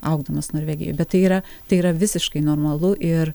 augdamas norvegijoj bet tai yra tai yra visiškai normalu ir